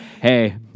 Hey